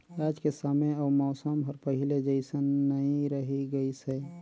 आयज के समे अउ मउसम हर पहिले जइसन नइ रही गइस हे